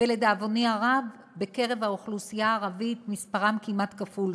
ולדאבוני הרב בקרב האוכלוסייה הערבית מספרם כמעט כפול,